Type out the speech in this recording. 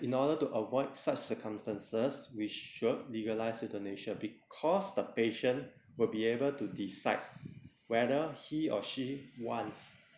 in order to avoid such circumstances we should legalize euthanasia because the patient will be able to decide whether he or she wants